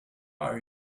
are